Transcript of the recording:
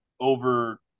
over